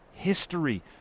history